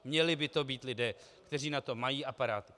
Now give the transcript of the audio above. Měli by to být lidé, kteří na to mají aparát.